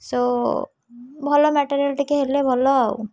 show ଭଲ material ଟିକିଏ ହେଲେ ଭଲ ଆଉ